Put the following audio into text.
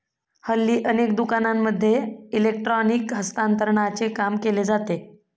हल्ली अनेक दुकानांमध्ये इलेक्ट्रॉनिक हस्तांतरणाचे काम केले जाते